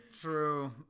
true